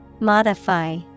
Modify